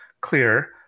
clear